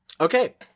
Okay